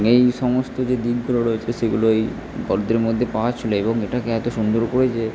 এই সমস্ত যে দিকগুলো রয়েছে সেগুলো এই গল্পের মধ্যে পাওয়া ছিলো এবং এটাকে এতো সুন্দর করে যে